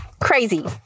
Crazy